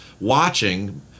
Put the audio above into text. watching